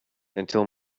until